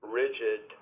rigid